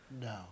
no